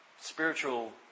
spiritual